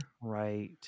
right